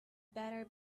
better